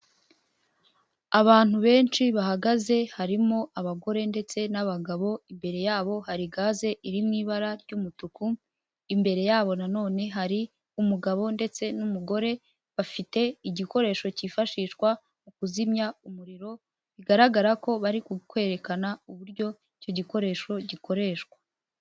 Abantu benshi bahagaze harimo abagore ndetse n'abagabo, imbere yabo hari gaze iri mu ibara ry'umutuku, imbere yabo nanone hari umugabo ndetse n'umugore bafite igikoresho kifashishwa mu kuzimya umuriro bigaragara ko bari ku kwerekana uburyo icyo gikoresho gikoreshwa.